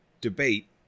debate